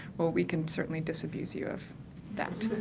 well, we can certainly disabuse you of that.